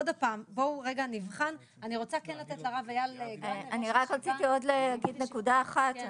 אני רוצה להגיד נקודה אחת: